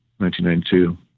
1992